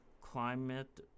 Climate